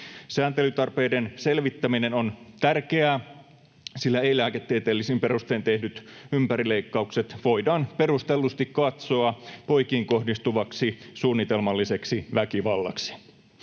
Sääntelytarpeiden selvittäminen on tärkeää, sillä ei-lääketieteellisin perustein tehdyt ympärileikkaukset voidaan perustellusti katsoa poikiin kohdistuvaksi suunnitelmalliseksi väkivallaksi.